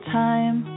time